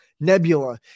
nebula